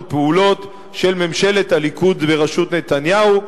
פעולות של ממשלת הליכוד בראשות נתניהו,